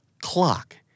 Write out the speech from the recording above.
Clock